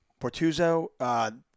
Portuzo